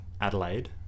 Adelaide